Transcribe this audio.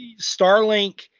Starlink